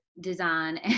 design